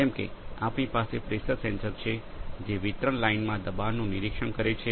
જેમ કે આપણી પાસે પ્રેશરદબાણ સેન્સર છે જે વિતરણ લાઇનમાં દબાણનું નિરીક્ષણ કરે છે